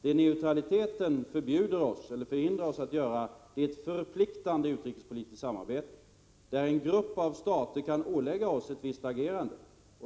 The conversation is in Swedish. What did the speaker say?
Det neutraliteten förhindrar oss att göra är att delta i ett förpliktande utrikespolitiskt samarbete, där en grupp av stater kan ålägga oss ett visst agerande.